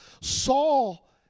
Saul